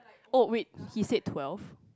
oh wait he said twelve